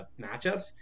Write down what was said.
matchups